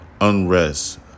unrest